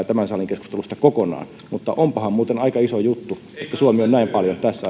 tämän salin keskustelusta kokonaan mutta onpahan muuten aika iso juttu että suomi on näin paljon tässä